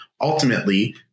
ultimately